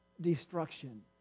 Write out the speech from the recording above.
destruction